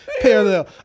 Parallel